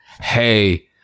hey